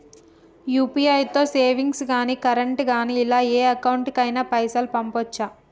UPI తో savings గాని current గాని ఇలా ఏ అకౌంట్ కైనా పైసల్ పంపొచ్చా?